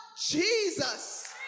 Jesus